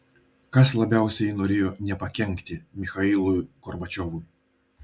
kas labiausiai norėjo nepakenkti michailui gorbačiovui